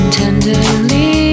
tenderly